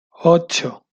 ocho